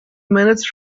minutes